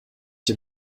den